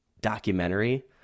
documentary